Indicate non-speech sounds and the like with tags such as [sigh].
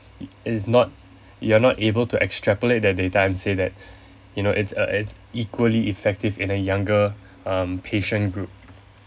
it is not you are not able to extrapolate that data and say that [breath] you know it's a it's equally effective in a younger um patient group